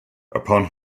upon